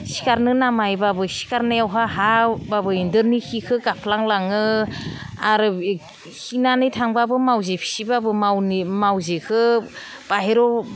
सिखारनो नायबाबो सिखारनायावहाय हायावबाबो इन्जरनि खिखौ गाफ्लांलाङो आरो खिनानै थांबाबो मावजि फिसिबाबो मावजिखौ बाहेराव